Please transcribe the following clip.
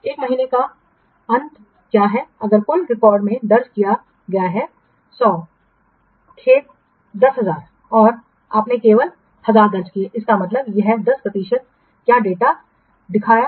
1 महीने का अंत क्या है अगर कुल रिकॉर्ड में दर्ज किया गया है 100 खेद 10000 है और आपने केवल 1000 दर्ज किए हैं इसका मतलब है एक 10 प्रतिशत क्या डेटा प्रविष्टि किया गया है